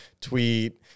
tweet